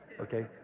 okay